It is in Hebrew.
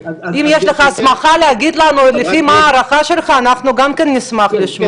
אם יש לך הסמכה להגיד לנו לפי מה ההערכה שלך אנחנו גם כן נשמח לשמוע.